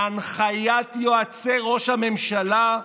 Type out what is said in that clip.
בהנחיית יועצי ראש הממשלה,